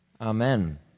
Amen